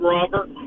Robert